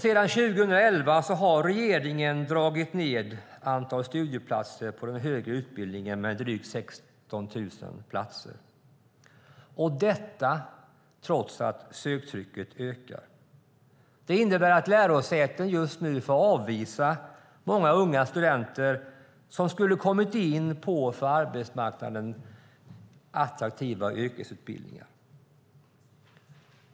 Sedan 2011 har regeringen dragit ned antalet studieplatser på den högre utbildning med drygt 16 000 - detta trots att söktrycket ökar. Det innebär att lärosäten just nu får avvisa många unga studenter som skulle ha kommit in på för arbetsmarknaden attraktiva yrkesutbildningar.